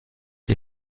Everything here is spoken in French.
les